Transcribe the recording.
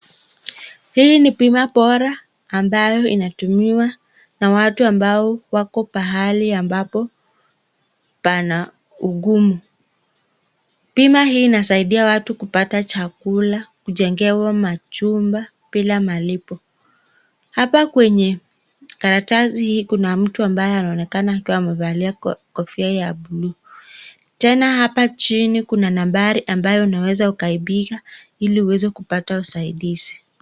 Hii ni bima bora ambayo inatumiwa na watu ambao wako pahali ambapo pana ukumu. Bima hii inasaidia watu kupata chakula, kujengewa majumba bila malipo. Hapa kwenye karatasi hii kuna mtu ambaye anaonekana akiwa amevalia kofia ya buluu. Tena hapa jini kuna nambari ambayo unaweza ukaipiga ili uwee ukapata usaidizi.